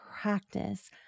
practice